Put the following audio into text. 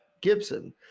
Gibson